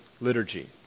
liturgy